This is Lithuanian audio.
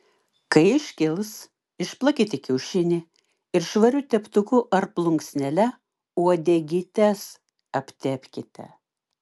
kai iškils išplakite kiaušinį ir švariu teptuku ar plunksnele uodegytes aptepkite